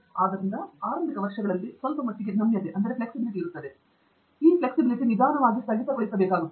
ಆದ್ದರಿಂದ ಆರಂಭಿಕ ವರ್ಷಗಳಲ್ಲಿ ಸ್ವಲ್ಪ ಮಟ್ಟಿಗೆ ನಮ್ಯತೆ ಇರುತ್ತದೆ ಇದು ನಿಧಾನವಾಗಿ ಫ್ರೀಜ್ ಮಾಡಬೇಕಾಗುತ್ತದೆ